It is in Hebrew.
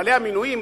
בעלי המינויים,